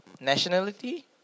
nationality